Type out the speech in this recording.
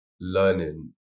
learning